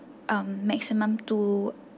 um maximum two